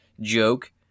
joke